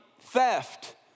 theft